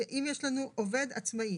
אם יש לנו עובד עצמאי